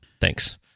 Thanks